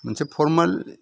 मोनसे फरमेल